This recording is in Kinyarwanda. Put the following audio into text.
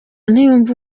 ntiyumva